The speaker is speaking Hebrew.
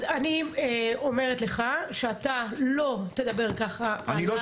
אז אני אומרת לך שאתה לא תדבר ככה על המשטרה.